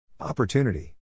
Opportunity